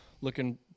looking